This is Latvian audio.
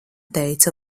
teica